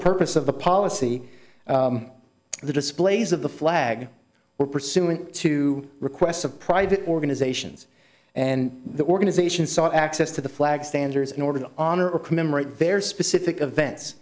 purpose of the policy the displays of the flag were pursuant to requests of private organizations and the organization so access to the flag standards in order to honor a commemorate their specific events